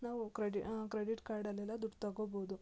ನಾವು credit credit ಕಾರ್ಡಲೆಲ್ಲ ದುಡ್ಡು ತಗೊಬೋದು